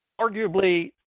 arguably